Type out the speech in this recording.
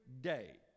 day